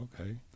Okay